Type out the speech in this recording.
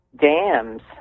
dams